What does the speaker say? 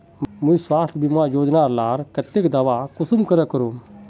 मुई स्वास्थ्य बीमा योजना डार केते दावा कुंसम करे करूम?